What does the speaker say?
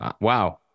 Wow